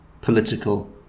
political